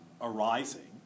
arising